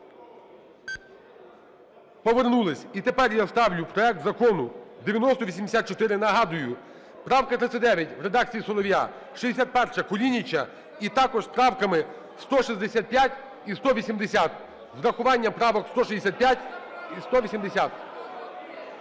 Повернулися. І тепер я ставлю проект Закону 9084, нагадую, правка 39 в редакції Солов'я, 61-а – Кулініча і також правками 165 і 180, з урахуванням правок 165 і 180.